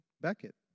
Beckett